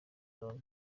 loni